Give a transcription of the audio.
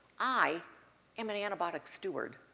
i am an antibiotic steward.